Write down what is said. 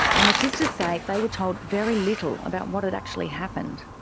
and the sisters say they were told very little about what had actually happened.